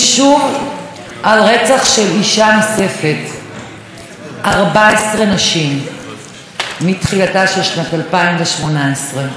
14 נשים מתחילתה של שנת 2018. כל אישה נוספת שנמצאת היום בסכנה,